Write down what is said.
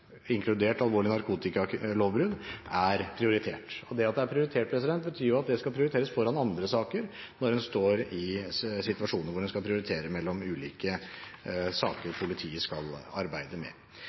det skal prioriteres foran andre saker, når en står i situasjoner hvor en skal prioritere mellom ulike saker